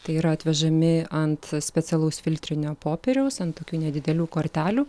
tai yra atvežami ant specialaus filtrinio popieriaus ant tokių nedidelių kortelių